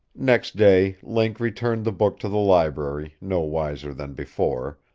next day link returned the book to the library, no wiser than before,